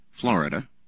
Florida